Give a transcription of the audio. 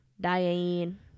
Diane